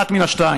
אחת מן השתיים: